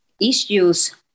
issues